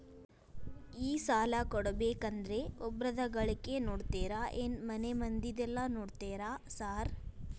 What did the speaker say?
ಈ ಸಾಲ ಕೊಡ್ಬೇಕಂದ್ರೆ ಒಬ್ರದ ಗಳಿಕೆ ನೋಡ್ತೇರಾ ಏನ್ ಮನೆ ಮಂದಿದೆಲ್ಲ ನೋಡ್ತೇರಾ ಸಾರ್?